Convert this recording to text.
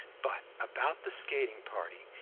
but about the skating party.